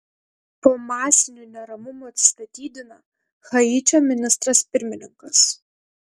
po masinių neramumų atsistatydina haičio ministras pirmininkas